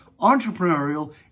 entrepreneurial